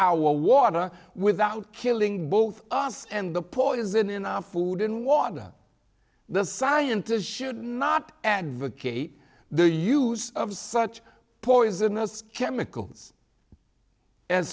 our water without killing both us and the poison in our food and water the scientists should not advocate the use of such poisonous chemicals a